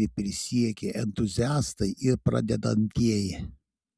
ir prisiekę entuziastai ir pradedantieji